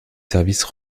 services